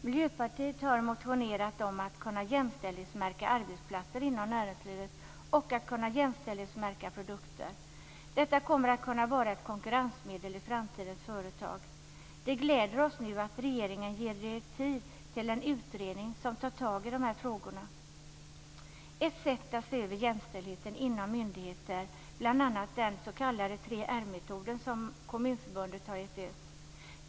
Miljöpartiet har motionerat om att kunna jämställdhetsmärka arbetsplatser inom näringslivet och om att kunna jämställdhetsmärka produkter. Detta kommer att kunna vara ett konkurrensmedel i framtidens företag. Det gläder oss nu att regeringen ger tid till en utredning som tar tag i de här frågorna. Ett sätt att se över jämställdheten inom myndigheter är bl.a. den s.k. 3 R-metoden som Kommunförbundet har tagit fram.